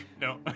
No